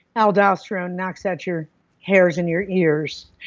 aldosterone knocks out your hairs in your ears.